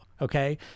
okay